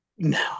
No